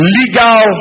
legal